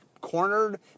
cornered